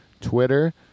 Twitter